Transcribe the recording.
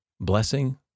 Blessing